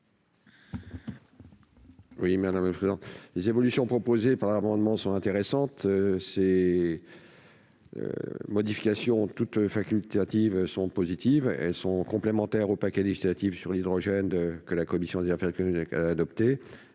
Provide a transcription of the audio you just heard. n° 2209 rectifié. Les évolutions proposées dans l'amendement sont intéressantes. Ces modifications, toutes facultatives, sont positives. Elles sont complémentaires du paquet législatif sur l'hydrogène, que la commission des affaires économiques a adopté.